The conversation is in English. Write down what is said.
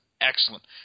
Excellent